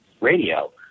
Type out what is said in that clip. radio